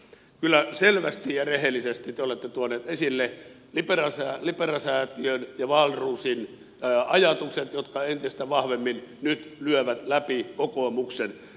kyllä selvästi ja rehellisesti te olette tuonut esille libera säätiön ja wahlroosin ajatukset jotka entistä vahvemmin nyt lyövät läpi kokoomuksen